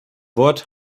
wort